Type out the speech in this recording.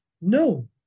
no